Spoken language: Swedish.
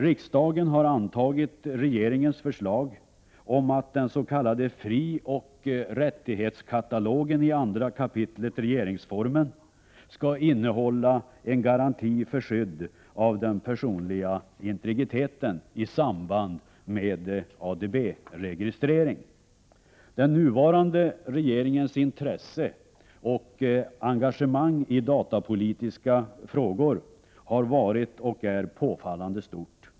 Riksdagen har antagit regeringens förslag om att den s.k. frioch rättighetskatalogen i 2 kap. regeringsformen 143 Den nuvarande regeringens intresse och engagemang i datapolitiska frågor har varit och är påfallande stort.